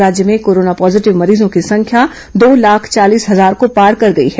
राज्य में corona positive मरीजों की संख्या दो लाख चालीस हजार को पार कर गई है